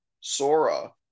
Sora